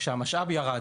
כשהמשאב ירד,